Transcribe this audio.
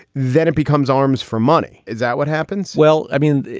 then it becomes arms for money. is that what happens? well, i mean,